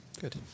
Good